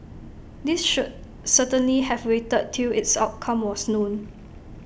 these should certainly have waited till its outcome was known